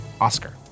Oscar